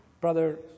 brother